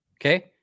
okay